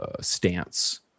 stance